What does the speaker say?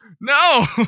No